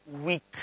weak